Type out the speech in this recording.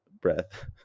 breath